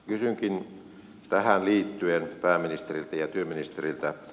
kysynkin tähän liittyen pääministeriltä ja työministeriltä